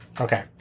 okay